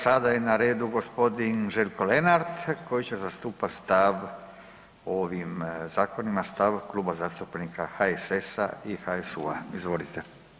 Sada je na redu g. Željko Lenart koji će zastupati stav o ovim, zakonima, stav Kluba zastupnika HSS-a i HSU-a, izvolite.